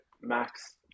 Max